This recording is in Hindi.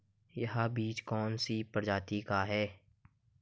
यह बीज कौन सी प्रजाति का है?